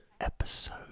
episode